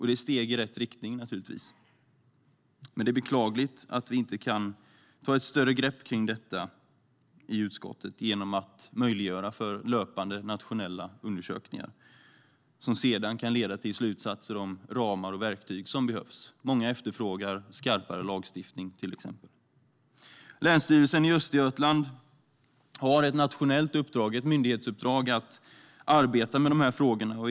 Det är steg i rätt riktning, men det är beklagligt att vi inte kan ta ett större grepp om detta i utskottet genom att möjliggöra löpande nationella undersökningar som kan leda till slutsatser om vilka ramar och verktyg som behövs. Många efterfrågar till exempel skarpare lagstiftning. Länsstyrelsen i Östergötland har ett nationellt uppdrag, ett myndighetsuppdrag, att arbeta med de här frågorna.